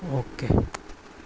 okay